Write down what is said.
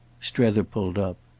strether pulled up.